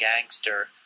Gangster